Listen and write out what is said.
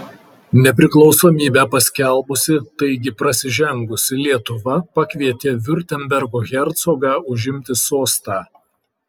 nepriklausomybę paskelbusi taigi prasižengusi lietuva pakvietė viurtembergo hercogą užimti sostą